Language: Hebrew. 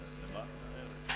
אדוני